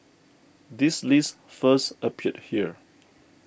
this list first appeared here